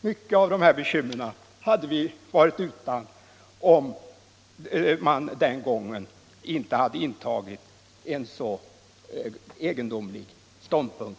Många bekymmer hade vi varit utan, om oppositionen den gången inte intagit en så egendomlig ståndpunkt.